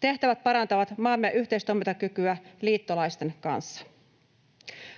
Tehtävät parantavat maamme yhteistoimintakykyä liittolaisten kanssa.